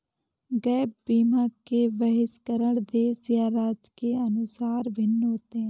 gap बीमा के बहिष्करण देश या राज्य के अनुसार भिन्न होते हैं